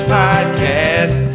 podcast